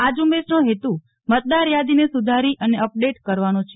આ ઝુંબેશનો હેતુ મતદાર યાદીને સુધારી અને અપડેટ કરવાનો છે